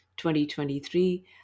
2023